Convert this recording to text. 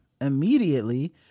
immediately